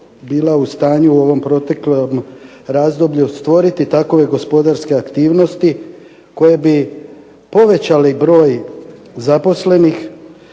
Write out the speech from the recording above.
bila u stanju u ovom proteklo razdoblju stvoriti takove gospodarske aktivnosti koje bi povećale broj zaposlenih,